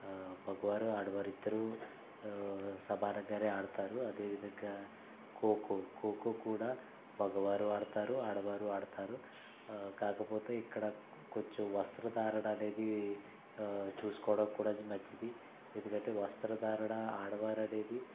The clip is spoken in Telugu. మగవారు ఆడవారు ఇద్దరూ సమానంగానే ఆడుతారు అదేవిధంగా ఖోఖో ఖోఖో కూడా మగవారూ ఆడుతారు ఆడవారూ ఆడుతారు కాకపోతే ఇక్కడ కో కొంచెం వస్త్రధారణ అనేది చూసుకోవడం కూడా మంచిది ఎందుకంటే వస్త్ర ధారణ ఆడవారనేది